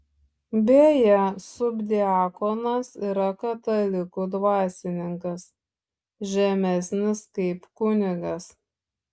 beje subdiakonas yra katalikų dvasininkas žemesnis kaip kunigas